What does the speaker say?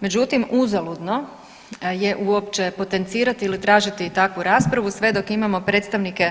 Međutim, uzaludno je uopće potencirati ili tražiti takvu raspravu sve dok imamo predstavnike